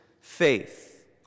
faith